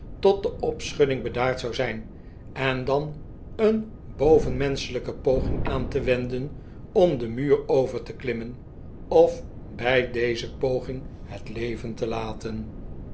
tot de opschudding bedaard zou zijn en dan een bovenmenschelijke poging aan te wenden om den muur over te klimmen of bij deze poging het leven te laten